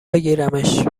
بگیرمش